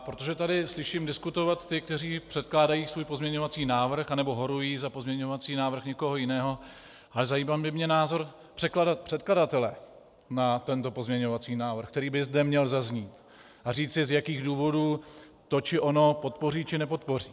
Protože tady slyším diskutovat ty, kteří předkládají svůj pozměňovací návrh nebo horují za pozměňující návrh někoho jiného, tak by mě zajímal názor předkladatele na tento pozměňovací návrh, který by zde měl zaznít, a říci, z jakých důvodu to či ono podpoří, či nepodpoří.